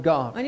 God